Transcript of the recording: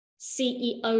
CEO